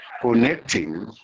Connecting